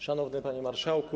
Szanowny Panie Marszałku!